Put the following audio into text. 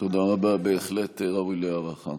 תודה רבה, בהחלט ראוי להערכה.